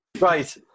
Right